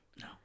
No